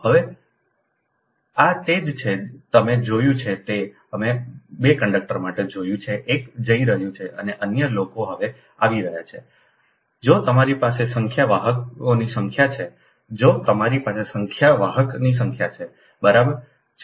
તેથી હવે આ તે જ છે જે તમે જોયું છે તે અમે 2 કંડક્ટર માટે જોયું છે એક જઇ રહ્યું છે અને અન્ય લોકો હવે આવી રહ્યા છે જો તમારી પાસે સંખ્યા વાહકોની સંખ્યા છે જો તમારી પાસે સંખ્યા વાહકની સંખ્યા છે બરાબર છે